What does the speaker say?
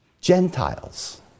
Gentiles